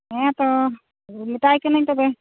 ᱦᱮᱸ ᱛᱚ ᱢᱮᱛᱟᱭ ᱠᱟᱱᱟᱹᱧ ᱛᱚᱵᱮ